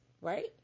right